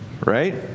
right